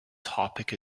topic